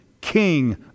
King